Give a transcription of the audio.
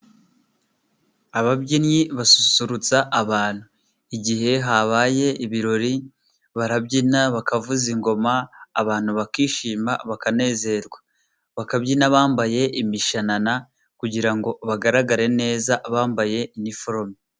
Ababyinnyi basusurutsa abantu. Igihe habaye ibirori barabyina bakavuza ingoma abantu bakishima bakanezerwa, bakabyina bambaye imishanana kugira ngo bagaragare neza bambaye iniforome.